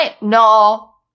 No